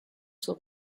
zur